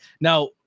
Now